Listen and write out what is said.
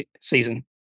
season